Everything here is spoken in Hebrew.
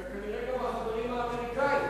וכנראה גם החברים האמריקנים.